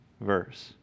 verse